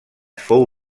fou